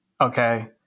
okay